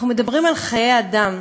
אנחנו מדברים על חיי אדם,